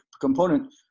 component